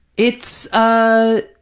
it's, ah,